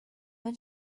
when